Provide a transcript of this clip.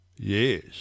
yes